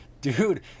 Dude